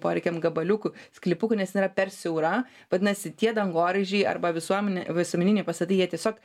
poreikiam gabaliukų sklypukų nes jinai yra per siaura vadinasi tie dangoraižiai arba visuomenė visuomeniniai pastatai jie tiesiog